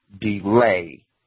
delay